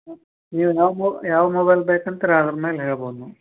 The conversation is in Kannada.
ಹಾಂ ನೀವು ಯಾವ ಮೊ ಯಾವ ಮೊಬೈಲ್ ಬೇಕಂತೀರೊ ಅದ್ರ ಮೇಲೆ ಹೇಳ್ಬೌದು ನಾವು